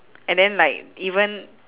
and then like even